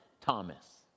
Thomas